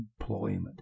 employment